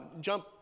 jump